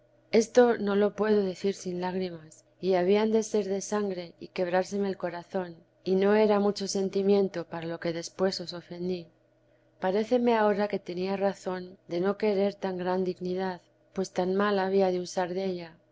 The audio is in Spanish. esto no lo pue do decir sin lágrimas y habían de ser de sangre y quebrárseme el corazón y no era mucho sentimiento para lo que después os ofendí paréceme ahora que tenía razón de no querer tan gran dinidad pues tan mal había de usar della